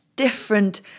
different